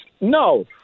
No